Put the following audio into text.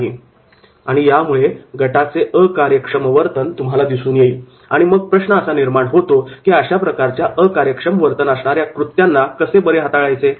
' आणि यामुळे गटाचे अकार्यक्षम वर्तन तुम्हाला दिसून येईल आणि मग प्रश्न असा निर्माण होतो की अशा प्रकारच्या अकार्यक्षम वर्तन असणाऱ्या कृत्यांना कसे हाताळायचे